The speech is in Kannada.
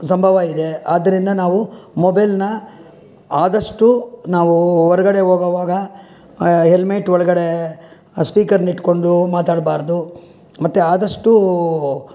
ಸಂಭವ ಇದೆ ಆದ್ದರಿಂದ ನಾವು ಮೊಬೈಲನ್ನ ಆದಷ್ಟು ನಾವು ಹೊರ್ಗಡೆ ಹೋಗೋವಾಗ ಹೆಲ್ಮೆಟ್ ಒಳಗಡೆ ಸ್ಪೀಕರ್ನ ಇಟ್ಟುಕೊಂಡು ಮಾತಾಡಬಾರ್ದು ಮತ್ತು ಆದಷ್ಟು